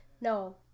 No